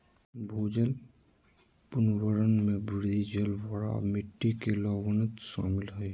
भूजल पुनर्भरण में वृद्धि, जलभराव, मिट्टी के लवणता शामिल हइ